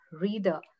reader